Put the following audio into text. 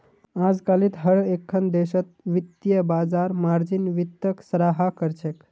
अजकालित हर एकखन देशेर वित्तीय बाजार मार्जिन वित्तक सराहा कर छेक